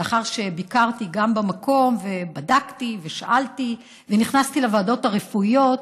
לאחר שגם ביקרתי במקום ובדקתי ושאלתי ונכנסתי לוועדות הרפואיות,